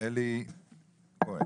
אלי כהן,